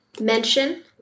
mention